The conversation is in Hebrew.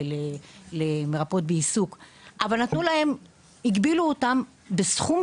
למרפאות בעיסוק אבל הגבילו אותם בסכום